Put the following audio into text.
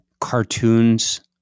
cartoons